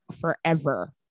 forever